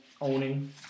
owning